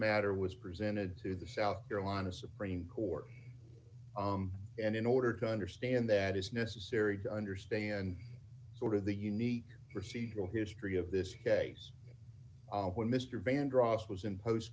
matter was presented to the south carolina supreme court and in order to understand that is necessary to understand sort of the unique procedural history of this case when mr vandross was in post